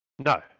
No